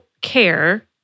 care